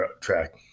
track